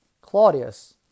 Claudius